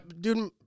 dude